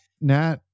Nat